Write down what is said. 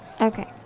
Okay